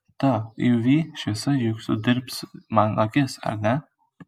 ta uv šviesa juk sudirbs man akis ar ne